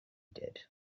did